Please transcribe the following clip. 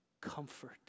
comfort